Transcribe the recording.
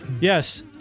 yes